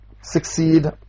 succeed